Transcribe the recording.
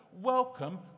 Welcome